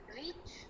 reach